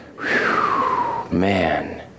man